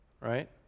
Right